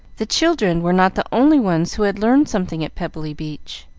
the children were not the only ones who had learned something at pebbly beach.